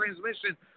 transmission